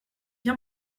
bien